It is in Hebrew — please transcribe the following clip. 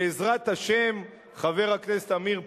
בעזרת השם, חבר הכנסת עמיר פרץ,